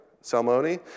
Salmoni